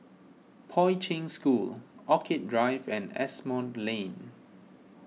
Poi Ching School Orchid Drive and Asimont Lane